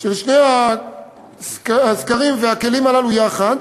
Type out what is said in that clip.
של שני הסקרים והכלים הללו יחד